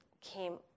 came